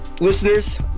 Listeners